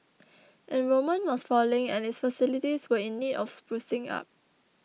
enrolment was falling and its facilities were in need of sprucing up